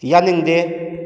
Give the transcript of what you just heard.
ꯌꯥꯅꯤꯡꯗꯦ